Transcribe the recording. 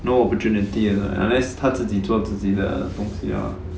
no opportunity ah unless 他自己做自己的东西 ah